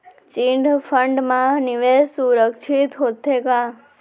Chit fund मा निवेश सुरक्षित होथे का?